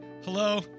Hello